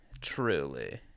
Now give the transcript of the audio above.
truly